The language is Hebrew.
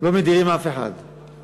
לא מדירים אף אחד.